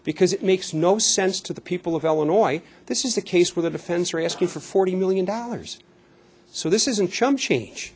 because it makes no sense to the people of illinois this is the case with the defense are asking for forty million dollars so this isn't chump change